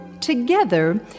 Together